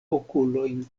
okulojn